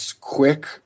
quick